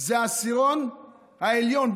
זה העשירון העליון,